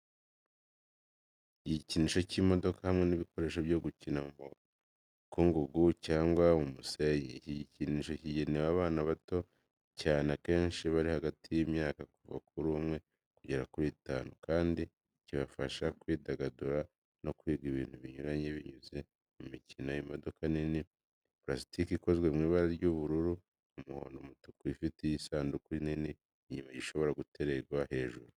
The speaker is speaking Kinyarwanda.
Igikinisho cy’imodoka hamwe n’ibikoresho byo gukina mu mukungugu cyangwa mu musenyi. Iki gikinisho kigenewe abana bato cyane akenshi bari hagati y’imyaka kuva kuri umwe kugera kuri itanu, kandi kibafasha kwidagadura no kwiga ibintu binyuranye binyuze mu mikino. Imodoka nini ya purasitiki ikozwe mu ibara rya ubururu, umuhondo n’umutuku ifite igisanduku kinini inyuma gishobora guterurwa hejuru.